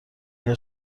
اگر